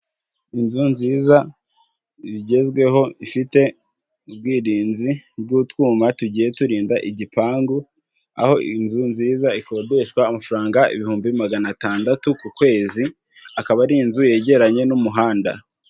Inzu nziza igezweho ifite ubwirinzi bw'utwuma tugiye turinda igipangu, aho inzu nziza ikodeshwa amafaranga ibihumbi magana atandatu ku kwezi, akaba ari inzu yegeranye n'umuhanda.